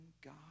God